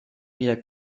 wieder